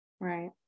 Right